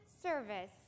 service